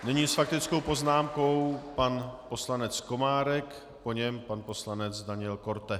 Nyní s faktickou poznámkou pan poslanec Komárek, po něm pan poslanec Daniel Korte.